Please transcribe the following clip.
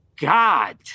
God